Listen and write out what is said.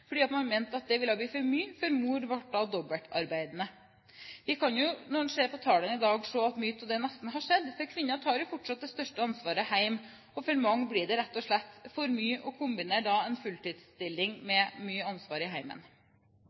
mente at dette ville bli for mye for mor, for hun ble da dobbeltarbeidende. Når en ser på tallene i dag, kan en se at det nesten har skjedd, for kvinner tar fortsatt det største ansvaret hjemme. For mange blir det rett og slett for mye å kombinere en fulltidsstilling med mye ansvar i